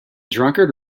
drunkard